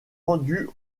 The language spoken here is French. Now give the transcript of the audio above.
rendus